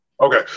Okay